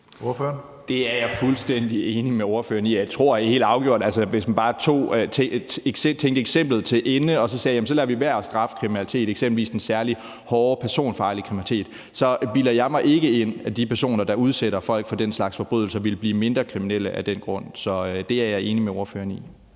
(DF): Det er jeg fuldstændig enig med ordføreren i, og hvis man bare tænkte eksemplet til ende og sagde, at så lader vi være med at straffe nogen for at begå kriminalitet, eksempelvis den særlig hårde personfarlige kriminalitet, bilder jeg mig ikke ind, at de personer, der udsætter folk for den slags forbrydelser, ville blive mindre kriminelle af den grund. Så det er jeg enig med ordføreren i.